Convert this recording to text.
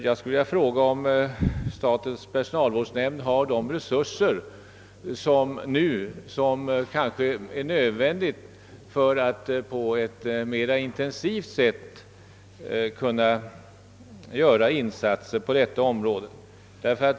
Jag skulle vilja fråga om statens personalvårdsnämnd har de resurser som är nödvändiga för att den mera iniensivt skall kunna göra insatser på detta område.